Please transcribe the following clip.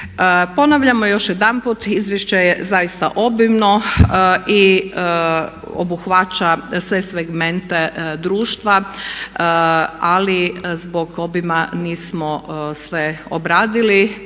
Ponavljamo još jedanput, izvješće je zaista obimno i obuhvaća sve segmente društva, ali zbog obima nismo sve obradili.